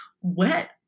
wet